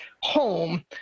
home